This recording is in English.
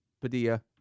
Padilla